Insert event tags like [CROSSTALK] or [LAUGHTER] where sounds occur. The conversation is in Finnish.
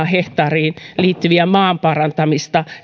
[UNINTELLIGIBLE] hehtaariin liittyvää maanparantamista